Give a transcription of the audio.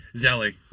zelly